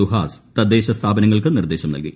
സുഹാസ് തദ്ദേശ സ്ഥാപനങ്ങൾക്ക് മിർദ്ദേശം നൽകി